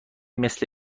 مثل